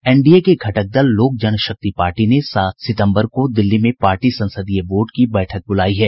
NDA के घटक दल लोक जनशक्ति पार्टी ने सात सितम्बर को दिल्ली में पार्टी संसदीय बोर्ड की बैठक बुलायी है